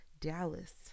Dallas